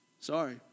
Sorry